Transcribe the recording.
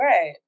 Right